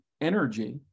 energy